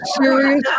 serious